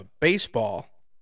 baseball